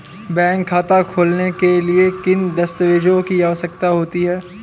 Bank खाता खोलने के लिए किन दस्तावेज़ों की आवश्यकता होती है?